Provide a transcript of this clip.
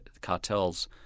cartels